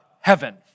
heaven